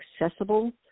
accessible